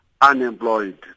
unemployed